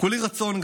כולי רצון,